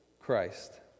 Christ